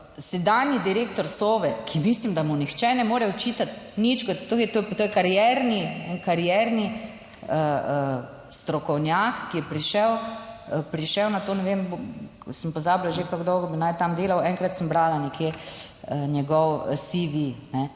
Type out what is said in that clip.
Sedanji direktor Sove, ki mislim, da mu nihče ne more očitati nič, to je karierni, karierni strokovnjak, ki je prišel, prišel na to, ne vem, ko sem pozabila že, kako dolgo bi naj tam delal, enkrat sem brala nekje njegov CV,